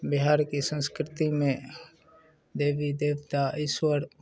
बिहार की संस्कृति में देवी देवता ईश्वर